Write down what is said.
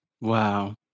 Wow